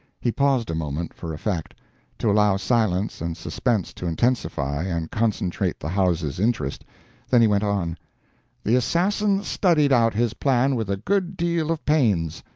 he paused a moment, for effect to allow silence and suspense to intensify and concentrate the house's interest then he went on the assassin studied out his plan with a good deal of pains.